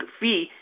fee